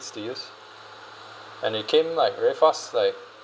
to use and it came like very fast like